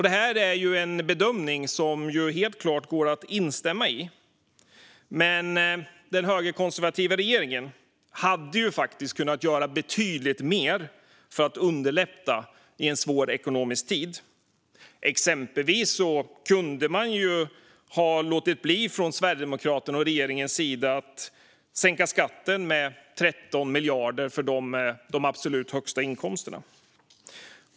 Det är en bedömning som helt klart går att instämma i, men den högerkonservativa regeringen hade kunnat göra betydligt mer för att underlätta i en ekonomiskt svår tid. Exempelvis kunde ju Sverigedemokraterna och regeringen ha låtit bli att sänka skatten med 13 miljarder kronor för dem med de absolut högsta inkomsterna.